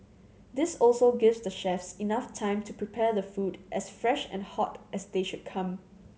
this also gives the chefs enough time to prepare the food as fresh and hot as they should come